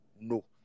no